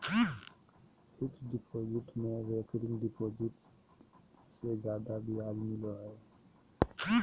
fixed deposit में recurring deposit से जादे ब्याज मिलो हय